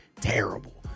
terrible